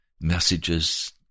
messages